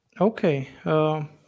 Okay